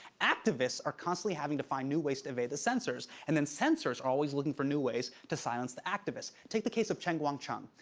activists are constantly having to find new ways to evade the censors and then censors are always looking for new ways to silence the activists. take the case of chen guangcheng,